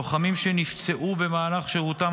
לוחמים שנפצעו במהלך שירותם,